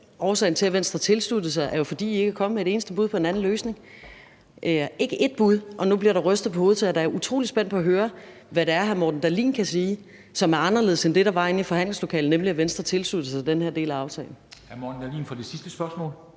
årsagen til, at Venstre tilsluttede sig, jo er, at I ikke er kommet med et eneste bud på en anden løsning – ikke ét bud. Og nu bliver der rystet på hovedet, så jeg er da utrolig spændt på at høre, hvad det er, hr. Morten Dahlin kan sige, som er anderledes end det, der blev sagt inde i forhandlingslokalet, nemlig at Venstre tilsluttede sig den her del af aftalen.